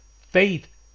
faith